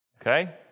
okay